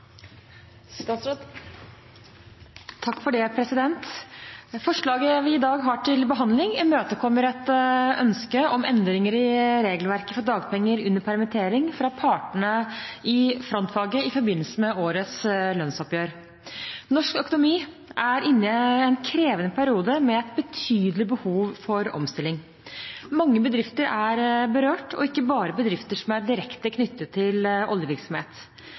Forslaget vi i dag har til behandling, imøtekommer et ønske fra partene i frontfaget om endringer i regelverket for dagpenger under permittering i forbindelse med årets lønnsoppgjør. Norsk økonomi er inne i en krevende periode med et betydelig behov for omstilling. Mange bedrifter er berørt, og ikke bare bedrifter som er direkte knyttet til oljevirksomhet.